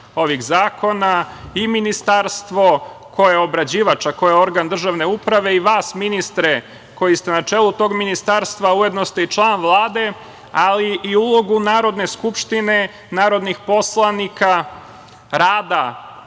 ovih zakona i Ministarstvo koje je obrađivač, a koje je organ državne uprave i vas ministre, koji ste na čelu tog Ministarstva a ujedno ste i član Vlade ali i ulogu Narodne skupštine, narodnih poslanika, rada